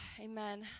Amen